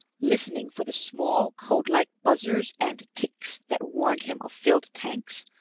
listening for the small codelike buzzers and ticks that warned him of filled tanks,